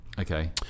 Okay